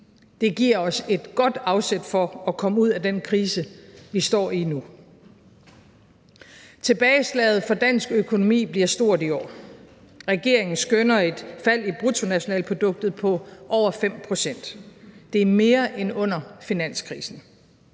Det giver os et godt afsæt for at komme ud af den krise, vi står i nu. Kl. 09:12 Tilbageslaget for dansk økonomi bliver stort i år. Regeringen skønner et fald i bruttonationalproduktet på over 5 pct. Det er mere end under finanskrisen.